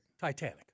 Titanic